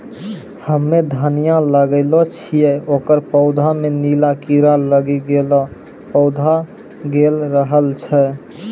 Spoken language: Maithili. हम्मे धनिया लगैलो छियै ओकर पौधा मे नीला कीड़ा लागी गैलै पौधा गैलरहल छै?